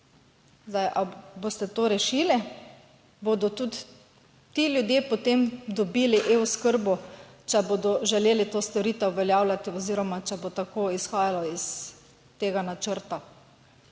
Zdaj, ali boste to rešili, bodo tudi ti ljudje potem dobili e-oskrbo, če bodo želeli to storitev uveljavljati oziroma če bo tako izhajalo iz tega načrta?